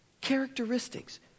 characteristics